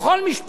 בכל משפחה,